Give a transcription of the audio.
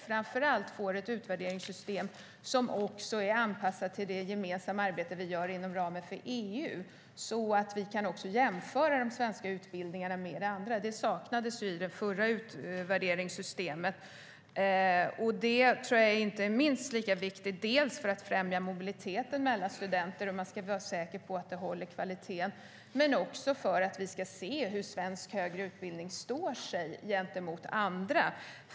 Framför allt får vi ett utvärderingssystem som är anpassat till det gemensamma arbetet inom ramen för EU. Det gör att vi kan jämföra de svenska utbildningarna med de andra ländernas utbildningar. Det saknades i det förra utvärderingssystemet. Detta är inte minst viktigt för att främja mobiliteten mellan studenter och för att vara säker på att det håller god kvalitet men också för att vi ska se hur svensk högre utbildning står sig gentemot andra.